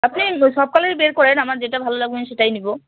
আপনি সব কালারই বের করেন আমার যেটা ভালো লাগবে আমি সেটাই নিবো